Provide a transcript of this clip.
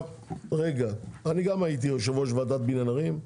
אני גם הייתי יושב ראש ועדת בניין ערים,